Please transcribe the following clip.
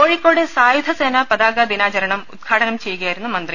കോഴിക്കോട് സായുധസേനാ പതാക ദിനാചരണം ഉദ്ഘാടനം ചെയ്യുകയായിരുന്നു മന്ത്രി